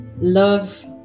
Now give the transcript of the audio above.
love